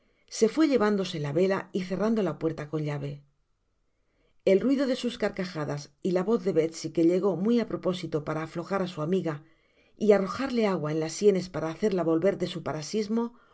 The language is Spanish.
se fué llevándose la vela y cerrando la puerta con llave el ruido de sus carcajadas y la voz de betsy que llegó muy á propósito para aflojar á su amiga y arrojarle agua en las sienes para hacerla volver de su parasismo